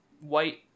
white